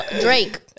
Drake